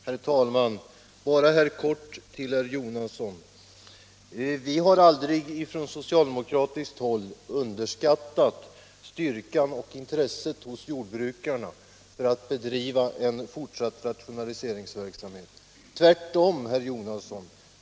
Herr talman! Jag vill bara ge en kort replik till herr Jonasson. Vi har aldrig från socialdemokratiskt håll underskattat intresset hos jordbrukarna för att bedriva en fortsatt rationaliseringsverksamhet, herr Jonasson.